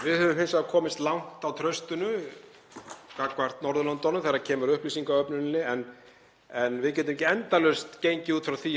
Við höfum hins vegar komist langt á traustinu gagnvart öðrum Norðurlöndum þegar kemur að upplýsingaöfluninni en við getum ekki endalaust gengið út frá því